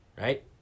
Right